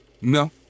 No